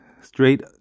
straight